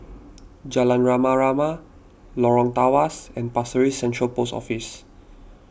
Jalan Rama Rama Lorong Tawas and Pasir Ris Central Post Office